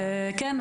-- כן.